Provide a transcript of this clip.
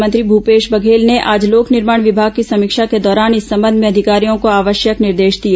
मुख्यमंत्री भूपेश बघेल ने आज लोक निर्माण विभाग की समीक्षा के दौरान इस संबंध में अधिकारियों को आवश्यक निर्देश दिए